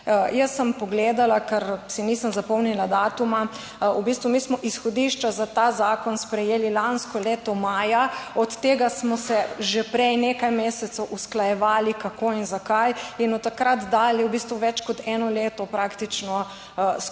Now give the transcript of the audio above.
Jaz sem pogledala, ker si nisem zapomnila datuma, v bistvu mi smo izhodišča za ta zakon sprejeli lansko leto maja, od tega smo se že prej nekaj mesecev usklajevali, kako in zakaj in od takrat dalje v bistvu več kot eno leto praktično skorajda